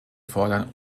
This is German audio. fordern